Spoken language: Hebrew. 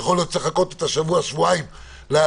יכול להיות שצריך לחכות שבוע-שבועיים לערעורים,